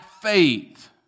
faith